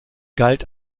galt